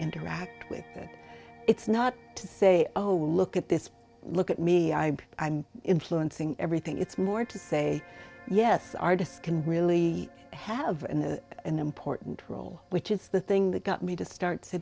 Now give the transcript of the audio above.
interact with them it's not to say oh well look at this look at me i'm i'm influencing everything it's more to say yes artists can really have an important role which is the thing that got me to start